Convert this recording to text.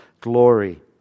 glory